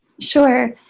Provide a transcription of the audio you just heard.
sure